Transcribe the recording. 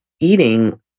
eating